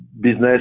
business